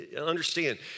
Understand